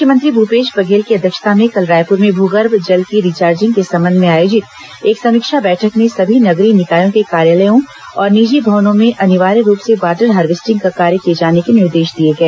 मुख्यमंत्री भूपेश बघेल की अध्यक्षता में कल रायपुर में भू गर्भ जल की रिचार्जिंग के संबंध में आयोजित एक समीक्षा बैठक में सभी नगरीय निकायों के कार्यालयों और निजी भवनों में अनिवार्य रूप से वाटर हार्वेस्टिंग का कार्य किए जाने के निर्देश दिए गए